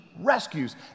rescues